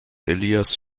elias